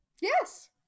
Yes